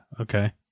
okay